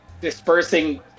dispersing